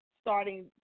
starting